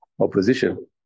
opposition